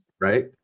Right